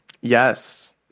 Yes